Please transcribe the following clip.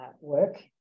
work